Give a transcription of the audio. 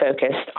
focused